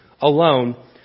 alone